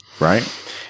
right